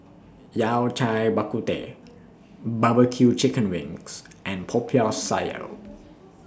Yao Cai Bak Kut Teh Barbecue Chicken Wings and Popiah Sayur